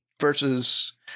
versus